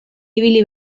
ibili